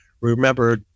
remember